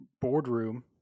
boardroom